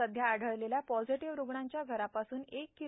सध्या आढळलेल्या पॉझिटिव्ह रुग्णाच्या घरापासून एक कि